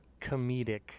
comedic